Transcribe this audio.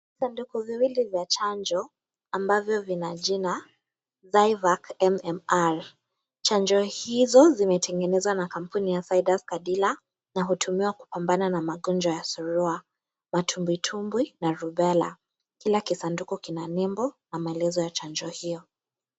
Visanduku viwili vya chanjo ambavyo vina jina Zyvac mmr . Chanjo hizo zimetengenezwa na kampuni ya Sydas kadila na hutumika kupambana na ugonjwa wa surua matumbwitumbwi na rubela , kila kisanduku kina nembo na maelezo ya chanjo hio.